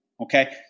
okay